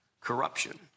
corruption